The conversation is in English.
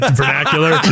vernacular